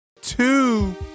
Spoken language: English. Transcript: Two